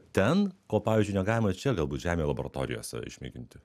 ten ko pavyzdžiui negalima čia galbūt žemėj laboratorijos išmėginti